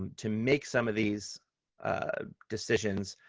to make some of these decisions,